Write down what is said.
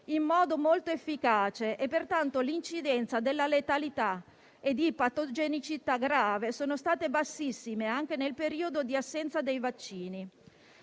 in modo molto efficace, pertanto l'incidenza della letalità e di patogenicità grave sono state bassissime, anche nel periodo di assenza dei vaccini.